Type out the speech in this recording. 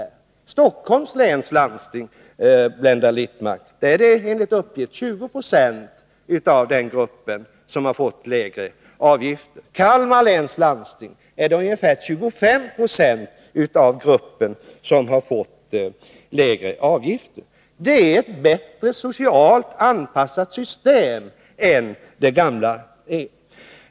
I Stockholms läns landsting, Blenda Littmarck, är det enligt uppgift 20 90 av denna grupp som har fått lägre avgifter, och i Kalmar läns landsting är det ungefär 25 90. Det är ett bättre socialt anpassat system än det gamla.